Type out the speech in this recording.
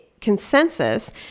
consensus